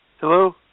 hello